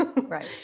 Right